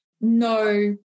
no